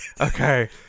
Okay